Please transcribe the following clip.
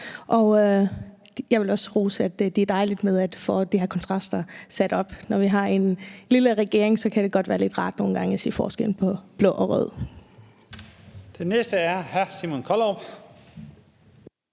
med ros og sige, at det er dejligt at få de her kontraster sat op. Når vi har en lille regering, kan det godt være lidt rart nogle gange at se forskellen på blå og rød.